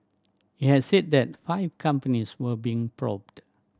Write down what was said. it had said that five companies were being probed